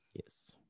yes